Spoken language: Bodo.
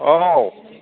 औ